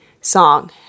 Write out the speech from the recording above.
song